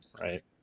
right